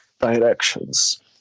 directions